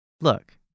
Look